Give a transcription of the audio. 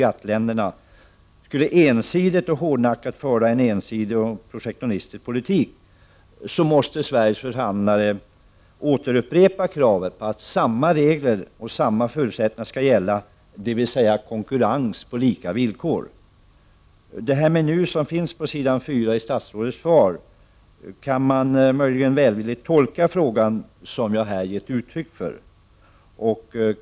GATT-länderna hårdnackat skulle föra en ensidig och protektionistisk politik måste Sveriges förhandlare återupprepa kravet på att samma regler och samma förutsättningar skall gälla, dvs. konkurrens på lika villkor. Detta nu som finns i näst sista stycket i statsrådets skrivna svar kan möjligen välvilligt tolkas så som jag här har gett uttryck för.